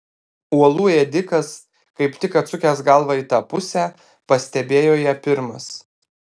uolų ėdikas kaip tik atsukęs galvą į tą pusę pastebėjo ją pirmas